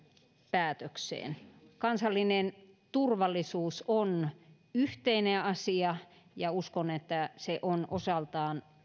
päätökseen kansallinen turvallisuus on yhteinen asia ja uskon että se on osaltaan